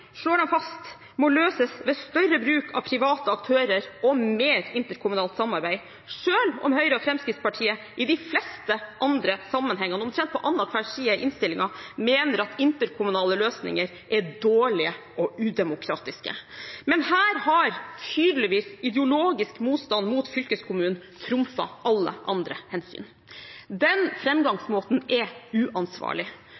slår de fast må løses ved større bruk av private aktører og mer interkommunalt samarbeid, selv om Høyre og Fremskrittspartiet i de fleste andre sammenhengene, omtrent på annenhver side i innstillingen, mener at interkommunale løsninger er dårlige og udemokratiske. Men her har tydeligvis ideologisk motstand mot fylkeskommunen trumfet alle andre hensyn. Den framgangsmåten er uansvarlig,